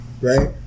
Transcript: right